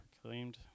proclaimed